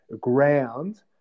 ground